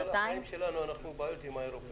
החיים שלנו אנחנו בבעיות עם האירופים.